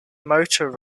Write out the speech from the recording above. motor